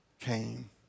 came